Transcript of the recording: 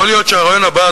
יכול להיות שהרעיון הבא,